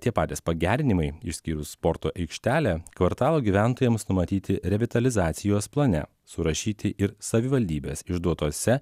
tie patys pagerinimai išskyrus sporto aikštelę kvartalo gyventojams numatyti revitalizacijos plane surašyti ir savivaldybės išduotose